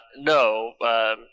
No